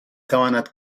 تواند